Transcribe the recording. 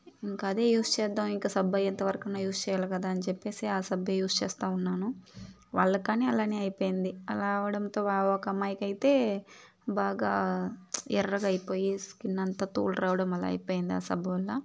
ఇంకా అదే యూస్ చేద్దాం ఇంకా సబ్బు అయ్యే అంతవరకు అయినా అదే యూస్ చేయాలి కదా అని చెప్పేసి ఆ సబ్బే యూస్ చేస్తూ ఉన్నాను వాళ్లకు కానీ అలానే అయిపోయింది అలా అవడంతో ఒక అమ్మాయికి అయితే బాగా ఎర్రగా అయిపోయి స్కిన్ అంత తోలు రావడం అలా అయిపోయింది ఆ సబ్బు వల్ల